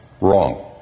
Wrong